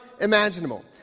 imaginable